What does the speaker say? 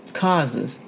causes